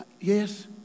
yes